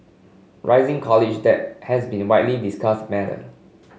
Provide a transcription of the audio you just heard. rising college debt has been widely discussed matter